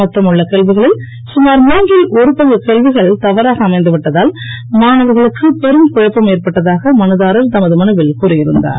மொத்தம் உள்ள கேள்விகளில் சுமார் மூன்றில் ஒரு பங்கக் கேள்விகள் தவருக அமைந்துவிட்டதால் மாணவர்களுக்கு பெரும் குழப்பம் ஏற்பட்டதாக மனுதாரர் தமது மனுவில் கூறியிருந்தார்